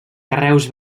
carreus